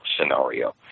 scenario